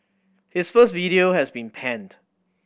his first video has been panned